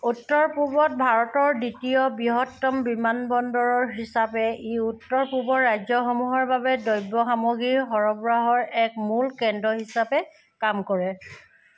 উত্তৰ পূবত ভাৰতৰ দ্বিতীয় বৃহত্তম বিমানবন্দৰৰ হিচাপে ই উত্তৰ পূবৰ ৰাজ্যসমূহৰ বাবে দ্ৰব্য সামগ্ৰীৰ সৰবৰাহৰ এক মূল কেন্দ্ৰ হিচাপে কাম কৰে